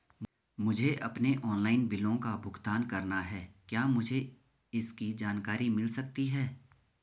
मुझे अपने ऑनलाइन बिलों का भुगतान करना है क्या मुझे इसकी जानकारी मिल सकती है?